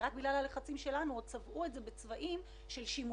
ורק בגלל הלחצים שלנו עוד צבעו את זה בצבעים של שימושים,